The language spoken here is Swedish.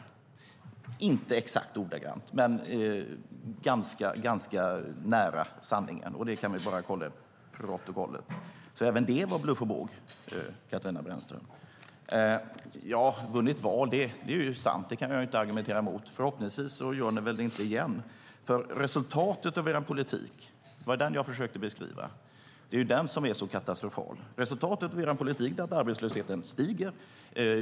Det är inte exakt ordagrant men ganska nära - det kan vi kolla i protokollet - så även det var bluff och båg, Katarina Brännström. Ja, att ni vunnit val är ju sant. Det kan jag inte argumentera emot. Förhoppningsvis gör ni det väl inte igen, för resultatet av er politik - det var det som jag försökte beskriva - är ju det som är så katastrofalt. Resultatet av er politik är att arbetslösheten stiger.